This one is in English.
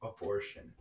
abortion